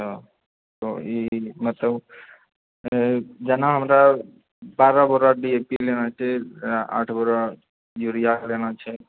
अच्छा तऽ ई मतलब जेना हमरा बारह बोरा डी ए पी लेना छै आठ बोरा यूरिया लेना छै